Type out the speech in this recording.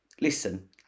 Listen